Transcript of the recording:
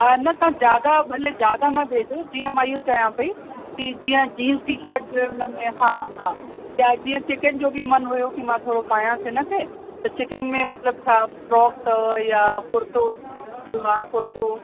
न तव्हां ज़्यादा भले ज़्यादा न भेजो जीअं मां इहो चयां पई कि जीअं जींस टीशट उन में हा हा या जीअं चिकन जो बि मन हुयो कि मां थोरो पायां हिन खे चिकन में मतिलबु छा फ्रॉक अथव या कुर्तो सलवार कुर्तो